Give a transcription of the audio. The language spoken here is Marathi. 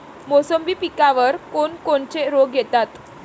मोसंबी पिकावर कोन कोनचे रोग येतात?